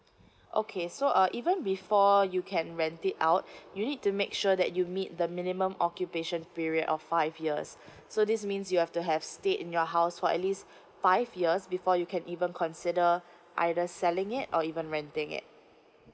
okay so uh even before you can rent it out you need to make sure that you meet the minimum occupation period of five years so this means you have to have stayed in your house for at least five years before you can even consider either selling it or even renting it